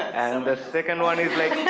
and the second one is like,